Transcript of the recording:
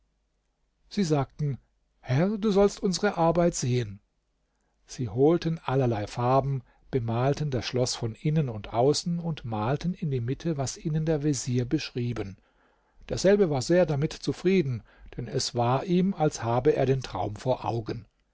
sie sagten herr du sollst unsere arbeit sehen sie holten allerlei farben bemalten das schloß von innen und außen und malten in die mitte was ihnen der vezier beschrieben derselbe war sehr damit zufrieden denn es war ihm als habe er den traum vor augen